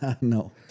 No